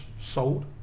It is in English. sold